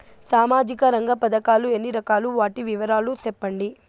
సామాజిక రంగ పథకాలు ఎన్ని రకాలు? వాటి వివరాలు సెప్పండి